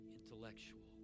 intellectual